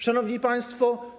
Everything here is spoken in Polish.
Szanowni Państwo!